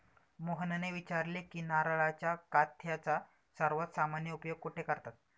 मोहनने विचारले की नारळाच्या काथ्याचा सर्वात सामान्य उपयोग कुठे करतात?